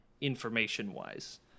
information-wise